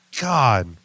God